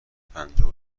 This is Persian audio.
پنجاه